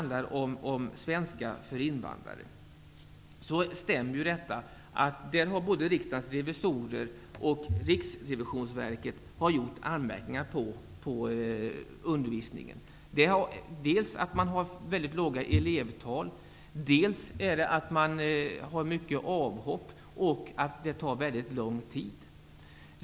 Det stämmer att både Riksdagens revisorer och Riksrevisionsverket har gjort anmärkningar på undervisningen. Dels har man haft mycket låga elevtal och många avhopp, dels tar det mycket lång tid.